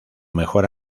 mejor